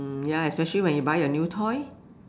ya especially when you buy a new toy